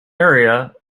area